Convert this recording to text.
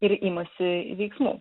ir imasi veiksmų